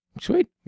Sweet